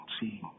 see